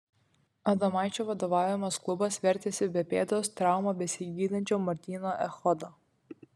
adomaičio vadovaujamas klubas vertėsi be pėdos traumą besigydančio martyno echodo